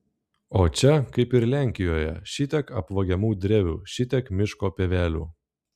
o čia kaip ir lenkijoje šitiek apvagiamų drevių šitiek miško pievelių